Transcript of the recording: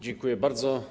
Dziękuję bardzo.